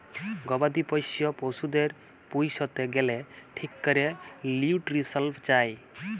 গবাদি পশ্য পশুদের পুইসতে গ্যালে ঠিক ক্যরে লিউট্রিশল চায়